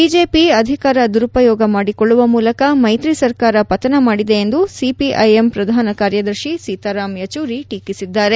BJP ಅಧಿಕಾರ ದುರುಪಯೋಗ ಮಾಡಿಕೊಳ್ಳುವ ಮೂಲಕ ಮೈತ್ರಿ ಸರ್ಕಾರ ಪತನ ಮಾಡಿದೆ ಎಂದು ಸಿಪಿಐ ಎಂ ಪ್ರಧಾನ ಕಾರ್ಯದರ್ತಿ ಸೀತಾರಾಂ ಯೆಚೂರಿ ಟೀಕಿಸಿದ್ದಾರೆ